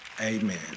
Amen